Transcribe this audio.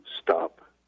stop